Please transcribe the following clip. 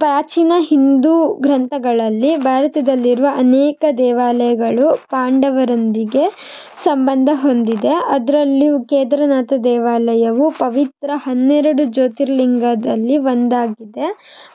ಪ್ರಾಚೀನ ಹಿಂದೂ ಗ್ರಂಥಗಳಲ್ಲಿ ಭಾರತದಲ್ಲಿರುವ ಅನೇಕ ದೇವಾಲಯಗಳು ಪಾಂಡವರೊಂದಿಗೆ ಸಂಬಂಧ ಹೊಂದಿದೆ ಅದರಲ್ಲಿಯೂ ಕೇದಾರನಾಥ ದೇವಾಲಯವು ಪವಿತ್ರ ಹನ್ನೆರಡು ಜ್ಯೋತಿರ್ಲಿಂಗದಲ್ಲಿ ಒಂದಾಗಿದೆ